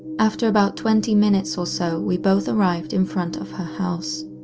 after about twenty minutes or so we both arrived in front of her house.